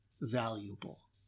valuable